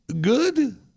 good